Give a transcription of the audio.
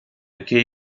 cape